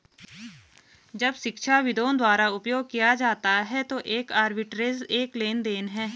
जब शिक्षाविदों द्वारा उपयोग किया जाता है तो एक आर्बिट्रेज एक लेनदेन है